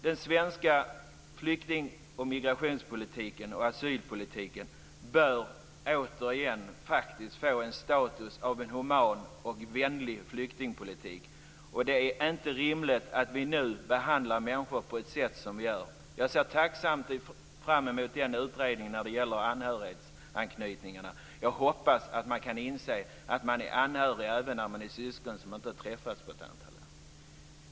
Den svenska flykting-, migrationsoch asylpolitiken bör återigen få en status av en human och vänlig flyktingpolitik. Det är inte rimligt att vi nu behandlar människor på det sätt som vi gör. Jag ser tacksamt fram mot utredningen när det gäller anhöriganknytningarna. Jag hoppas att man kan inse att även syskon kan vara anhöriga även om de inte har träffats på ett antal år.